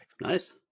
Nice